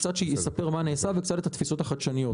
שיספר קצת על מה שנעשה ועל התפיסות החדשניות.